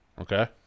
Okay